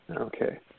Okay